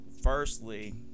firstly